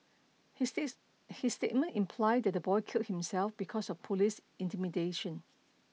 he says his statement imply that the boy killed himself because of police intimidation